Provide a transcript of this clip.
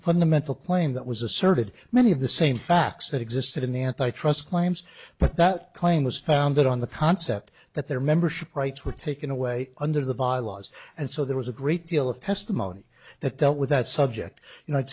fundamental claim that was asserted many of the same facts that existed in the antitrust claims but that claim was founded on the concept that their membership rights were taken away under the violence and so there was a great deal of testimony that dealt with that subject you know i